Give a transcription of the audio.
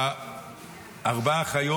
בארבע החיות.